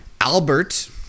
Albert